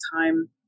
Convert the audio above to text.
time